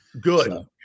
Good